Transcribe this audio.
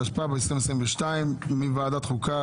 התשפ"ב-2022 מוועדת חוקה,